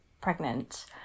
pregnant